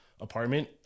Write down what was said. apartment